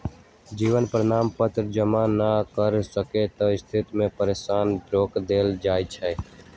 जीवन प्रमाण पत्र जमा न कर सक्केँ के स्थिति में पेंशन रोक देल जाइ छइ